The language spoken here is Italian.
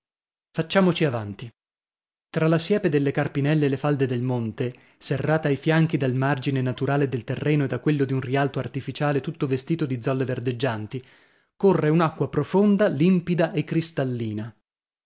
facciamoci avanti tra la siepe delle carpinelle e le falde del monte serrata ai fianchi dal margine naturale del terreno e da quello di un rialto artificiale tutto vestito di zolle verdeggianti corre un'acqua profonda limpida e cristallina